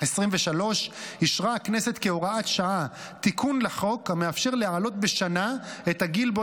2023 אישרה הכנסת כהוראת שעה תיקון לחוק המאפשר להעלות בשנה את הגיל שבו